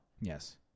Yes